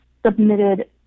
submitted